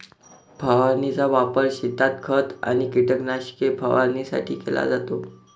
फवारणीचा वापर शेतात खत आणि कीटकनाशके फवारणीसाठी केला जातो